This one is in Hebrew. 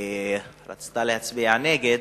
והממשלה רצתה להצביע נגד,